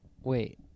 Wait